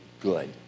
good